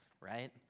right